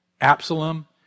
Absalom